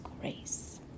grace